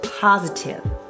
positive